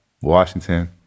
Washington